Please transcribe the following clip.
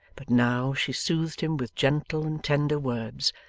but now she soothed him with gentle and tender words,